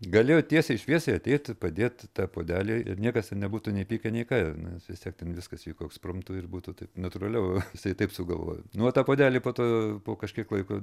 galėjo tiesiai šviesiai ateit padėt tą puodelį ir niekas ir nebūtų nei pykę nei ką nes vis tiek ten viskas vyko ekspromtu ir būtų taip natūraliau jisai taip sugalvojo nu o tą puodelį po to po kažkiek laiko